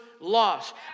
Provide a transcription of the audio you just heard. lost